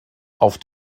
auf